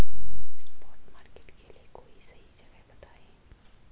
spot market के लिए कोई सही जगह बताएं